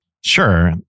Sure